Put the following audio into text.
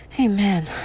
Amen